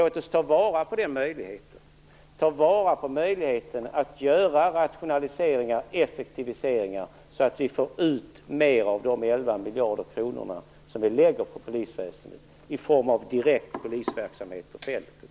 Låt oss ta vara på den möjligheten att göra rationaliseringar och effektiviseringar, så att vi får ut mer av de 11 miljarderna i form av direkt polisverksamhet på fältet.